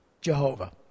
Jehovah